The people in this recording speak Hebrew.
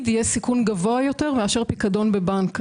יהיה סיכון גבוה יותר מאשר פיקדון בבנק.